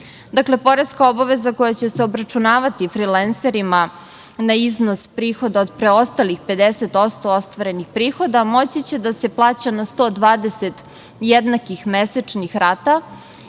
Dakle, poreska obaveza koja će se obračunavati frilenserima na iznos prihoda od preostalih 50% ostvarenih prihoda moći će da se plaća na 120 jednakih mesečnih rata,